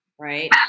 right